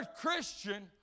Christian